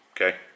okay